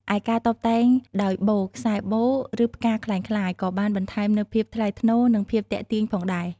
ឯការតុបតែងដោយបូ ខ្សែបូ ឬផ្កាក្លែងក្លាយ ក៏បានបន្ថែមនូវភាពថ្លៃថ្នូរ និងភាពទាក់ទាញផងដែរ។